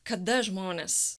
kada žmonės